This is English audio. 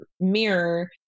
mirror